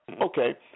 Okay